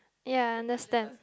ya understand